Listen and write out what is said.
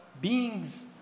beings